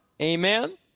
Amen